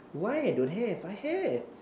why I don't have I have